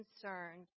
concerned